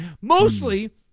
Mostly